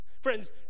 Friends